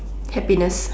happiness